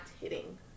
hitting